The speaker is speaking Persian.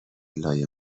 لای